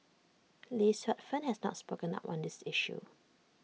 lee Suet Fern has not spoken up on this issue